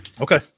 Okay